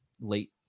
late